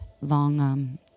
long